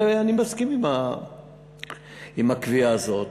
ואני מסכים עם הקביעה הזאת.